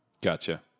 Gotcha